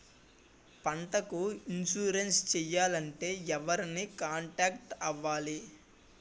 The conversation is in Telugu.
పంటకు ఇన్సురెన్స్ చేయాలంటే ఎవరిని కాంటాక్ట్ అవ్వాలి?